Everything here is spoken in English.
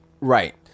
Right